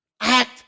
Act